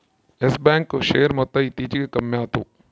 Yes Bank share ಮೊತ್ತ ಇತ್ತೀಚಿಗೆ ಕಮ್ಮ್ಯಾತು